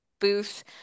booth